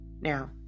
Now